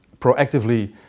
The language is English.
proactively